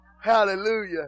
Hallelujah